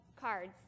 cards